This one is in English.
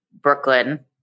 Brooklyn